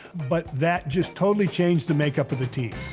but that just totally changed the makeup of the team.